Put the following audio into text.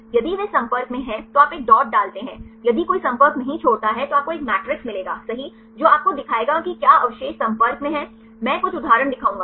यदि वे संपर्क में हैं तो आप एक डॉट डालते हैं यदि कोई संपर्क नहीं छोड़ता है तो आपको एक मैट्रिक्स मिलेगा सही जो आपको दिखाएगा कि क्या अवशेष संपर्क में हैं मैं कुछ उदाहरण दिखाऊंगा